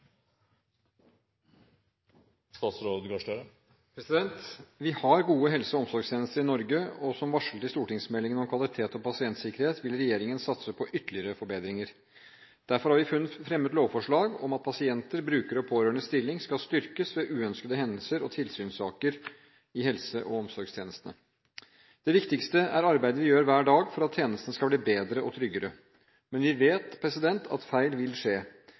Vi har gode helse- og omsorgstjenester i Norge, og som varslet i stortingsmeldingen om kvalitet og pasientsikkerhet, vil regjeringen satse på ytterligere forbedringer. Derfor har vi fremmet lovforslag om at pasienters, brukeres og pårørendes stilling skal styrkes ved uønskede hendelser og tilsynssaker i helse- og omsorgstjenestene. Det viktigste er arbeidet vi gjør hver dag for at tjenestene skal bli bedre og tryggere. Men vi vet at feil vil skje.